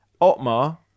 Otmar